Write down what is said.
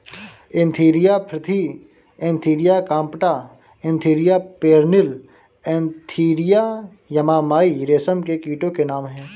Antheraea frithi Antheraea compta Antheraea pernyi Antheraea yamamai रेशम के कीटो के नाम हैं